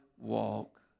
walk